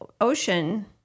ocean